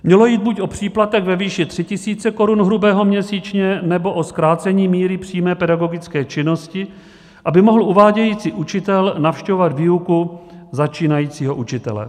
Mělo jít buď o příplatek ve výši 3 tisíce korun hrubého měsíčně nebo o zkrácení míry přímé pedagogické činnosti, aby mohl uvádějící učitel navštěvovat výuku začínajícího učitele.